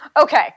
Okay